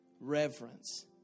reverence